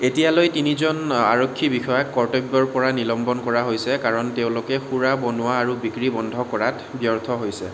এতিয়ালৈকে তিনিজন আৰক্ষী বিষয়াক কৰ্তব্যৰপৰা নিলম্বন কৰা হৈছে কাৰণ তেওঁলোকে সুৰা বনোৱা আৰু বিক্ৰী বন্ধ কৰাত ব্যৰ্থ হৈছে